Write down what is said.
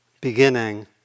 beginning